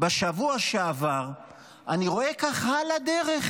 בשבוע שעבר אני רואה ככה שעל הדרך